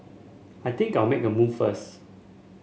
I think I'll make a move first